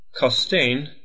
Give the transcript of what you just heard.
Costain